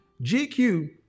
GQ